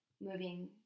moving